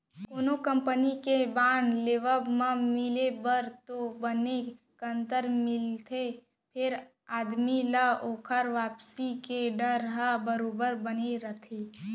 कोनो कंपनी के बांड लेवब म मिले बर तो बने कंतर मिलथे फेर आदमी ल ओकर वापसी के डर ह बरोबर बने रथे